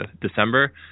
December